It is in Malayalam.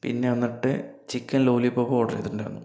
പിന്നെ വന്നിട്ട് ചിക്കൻ ലോലിപ്പോപ്പ് ഓഡർ ചെയ്തിട്ടുണ്ടായിരുന്നു